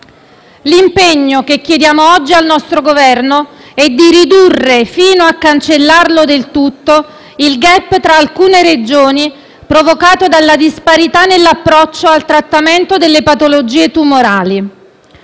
L'impegno che chiediamo oggi al nostro Governo è di ridurre, fino a cancellarlo del tutto, il *gap* tra alcune Regioni provocato dalla disparità nell'approccio al trattamento delle patologie tumorali.